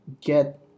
get